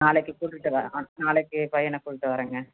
நாளைக்கு கூட்டிகிட்டு வரேன் நாளைக்கு பையனை கூட்டிகிட்டு வரேங்க